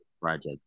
project